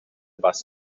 bus